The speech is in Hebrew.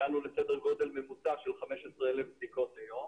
הגענו לסדר גודל ממוצע של 15,000 בדיקות ביום,